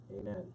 amen